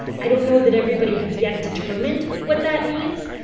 i don't know that everybody has yet determined what that means.